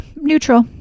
neutral